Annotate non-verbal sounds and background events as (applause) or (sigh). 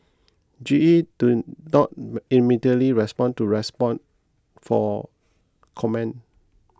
G E do not (noise) immediately respond to respond for comment